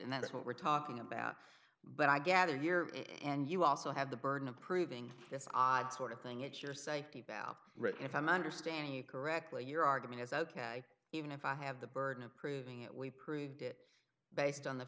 and that's what we're talking about but i gather you're and you also have the burden of proving this odd sort of thing it's your safety valve written if i'm understanding you correctly your argument is ok even if i have the burden of proving it we proved it based on the